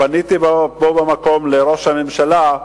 פניתי בו במקום לראש הממשלה,